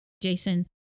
Jason